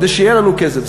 כדי שיהיה לנו כסף.